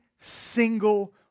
single